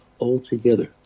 altogether